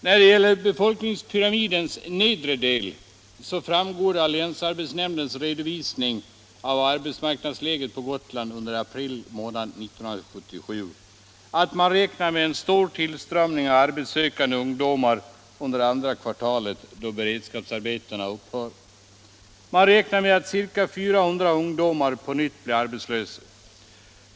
När det gäller befolkningspyramidens nedre del så framgår det av länsarbetsnämndens redovisning av arbetsmarknadsläget på Gotland under april månad 1977 att man räknar med en stor tillströmning av arbetssökande ungdomar under andra kvartalet, då beredskapsarbetena upphör. Man räknar med att ca 400 ungdomar på nytt blir arbetslösa.